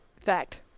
Fact